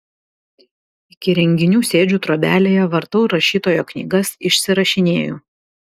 iki renginių sėdžiu trobelėje vartau rašytojo knygas išsirašinėju